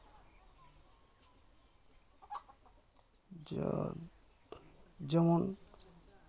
ᱡᱮᱢᱚᱱ